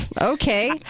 okay